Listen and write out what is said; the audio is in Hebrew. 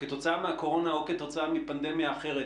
כתוצאה מהקורונה או כתוצאה מפנדמיה אחרת,